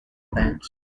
events